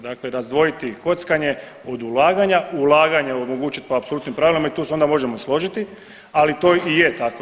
Dakle, razdvojiti kockanje od ulaganja, ulaganje omogućit po apsolutnim pravilima i tu se onda možemo složiti, ali to i je tako.